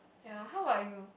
ya how about you